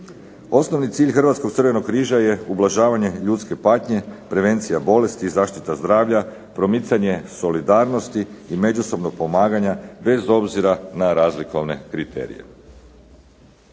Osnovni cilj Hrvatskog crvenog križa je ublažavanje ljudske patnje, prevencija bolesti i zašita zdravlja, promicanje solidarnosti i međusobnog pomaganja bez obzira na razlikovne kriterije.